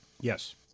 Yes